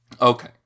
Okay